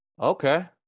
Okay